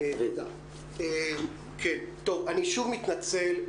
אני שוב מתנצל,